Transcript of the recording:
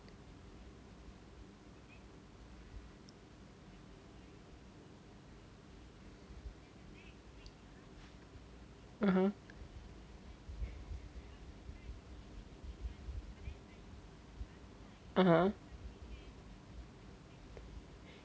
(uh huh) (uh huh)